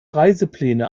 reisepläne